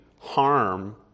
harm